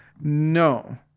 No